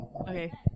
okay